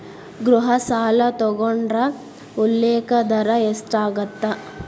ಗೃಹ ಸಾಲ ತೊಗೊಂಡ್ರ ಉಲ್ಲೇಖ ದರ ಎಷ್ಟಾಗತ್ತ